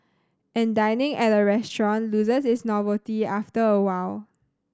and dining at a restaurant loses its novelty after a while